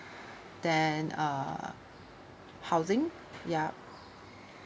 then uh housing ya